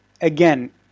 again